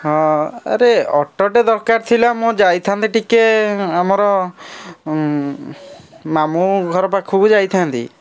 ହଁ ଆରେ ଅଟୋଟେ ଦରକାର ଥିଲା ମୁଁ ଯାଇଥାନ୍ତି ଟିକେ ଆମର ମାମୁଁ ଘର ପାଖକୁ ଯାଇଥାନ୍ତି